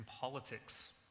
politics